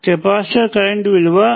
capacitor current విలువ ICdvdt